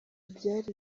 byari